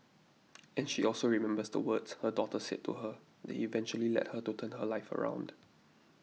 and she also remembers the words her daughter said to her that eventually led her to turn her life around